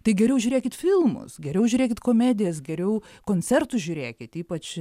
tai geriau žiūrėkit filmus geriau žiūrėkit komedijas geriau koncertus žiūrėkit ypač